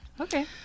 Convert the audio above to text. okay